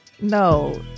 No